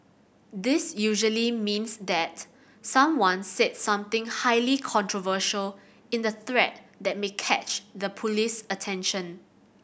this usually means that someone said something highly controversial in the thread that may catch the police's attention